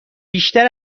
بیشتر